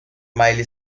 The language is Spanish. miley